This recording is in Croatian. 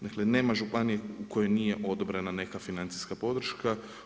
Dakle, nema županije u kojoj nije odobrena neka financijska podrška.